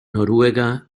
noruega